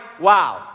wow